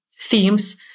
themes